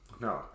No